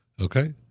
okay